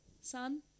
son